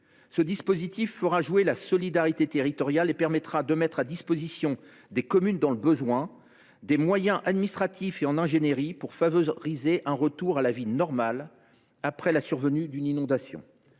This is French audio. Ce dispositif fera jouer la solidarité territoriale et permettra de mettre à disposition des communes dans le besoin des moyens administratifs et en ingénierie pour favoriser un retour à la vie normale après la survenue d’une inondation.